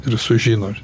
ir sužino